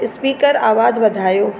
speaker आवाज़ वधायो